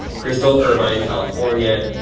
crystal irvine, california,